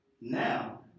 now